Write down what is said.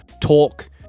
talk